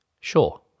Sure